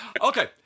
Okay